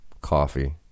coffee